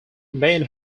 main